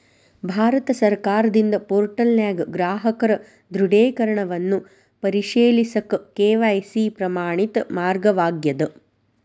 ಭಾರತ ಸರ್ಕಾರದಿಂದ ಪೋರ್ಟಲ್ನ್ಯಾಗ ಗ್ರಾಹಕರ ದೃಢೇಕರಣವನ್ನ ಪರಿಶೇಲಿಸಕ ಕೆ.ವಾಯ್.ಸಿ ಪ್ರಮಾಣಿತ ಮಾರ್ಗವಾಗ್ಯದ